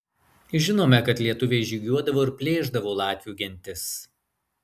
žinome kad lietuviai žygiuodavo ir plėšdavo latvių gentis